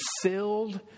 filled